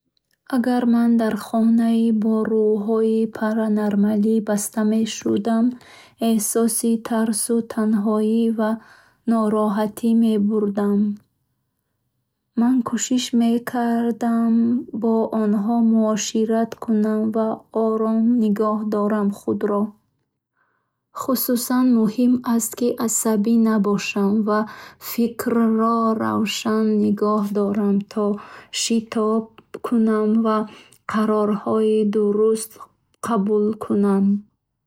Агар ман дар хонаи бо рӯҳҳои паранормалӣ баста мешудам, эҳсоси тарсу, танҳоӣ ва нороҳатӣ мебурдам. Ман кушиш мекардам бо онхо муошират Кунам, ва худро ором нигох дорам. Хусусан муҳим аст, ки асабӣ набошам ва фикрро равшан нигоҳ дорам, то шитоб накунам ва қарорҳои дуруст қабул кунам.